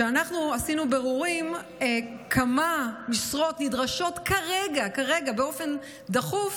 כשאנחנו עשינו בירורים כמה משרות נדרשות כרגע באופן דחוף,